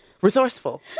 resourceful